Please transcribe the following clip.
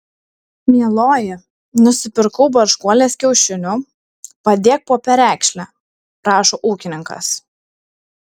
mieloji nusipirkau barškuolės kiaušinių padėk po perekšle prašo ūkininkas